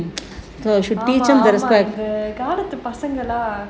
அது இந்த காலத்து பசங்க எல்லா:athu intha kaalathu pasanga ellaam